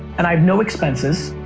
and i have no expenses,